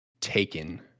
taken